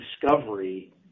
discovery